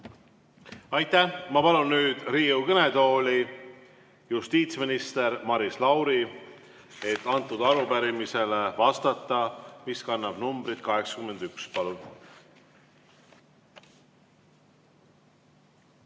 Aitäh! Ma palun nüüd Riigikogu kõnetooli justiitsminister Maris Lauri, et vastata arupärimisele, mis kannab numbrit 81. Palun!